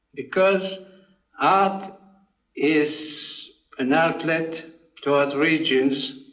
because art is an outlet towards regions